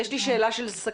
יש לי שאלה של סקרנות.